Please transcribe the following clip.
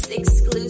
exclusive